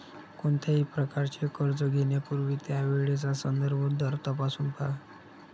कोणत्याही प्रकारचे कर्ज घेण्यापूर्वी त्यावेळचा संदर्भ दर तपासून पहा